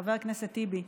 חבר הכנסת טיבי.